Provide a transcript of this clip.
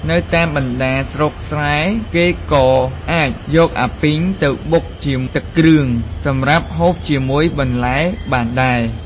នៅតាមបណ្តាស្រុកស្រែ គេក៏អាចយកអាពីងទៅបុកធ្វើជាទឹកគ្រឿងសម្រាប់ហូបជាមួយបន្លែបានដែរ។